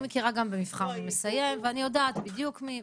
אני מכירה גם במבח"ר מי מסיים ואני יודעת בדיוק מי.